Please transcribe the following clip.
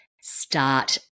start